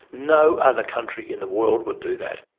no other country in the world would do that.